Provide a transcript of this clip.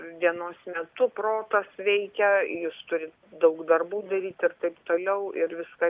dienos metu protas veikia jis turi daug darbų daryt ir taip toliau ir viską